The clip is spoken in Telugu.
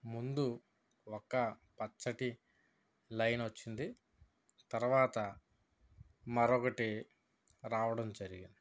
ముందు ఒక పచ్చటి లైన్ వచ్చింది తరువాత మరొకటి రావడం జరిగింది